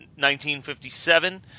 1957